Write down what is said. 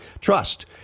trust